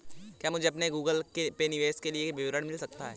क्या मुझे अपने गूगल पे निवेश के लिए विवरण मिल सकता है?